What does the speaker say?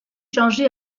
changé